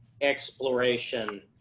exploration